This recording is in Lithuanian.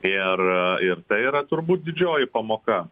ir ir tai yra turbūt didžioji pamoka